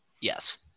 Yes